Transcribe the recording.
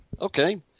Okay